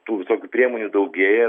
tų visokių priemonių daugėja